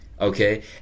okay